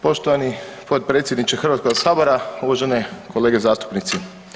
Poštovani potpredsjedniče HS, uvažene kolege zastupnici.